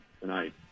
tonight